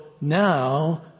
now